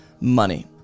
money